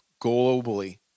globally